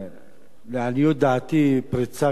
לעניות דעתי, פריצה גדולה מאוד,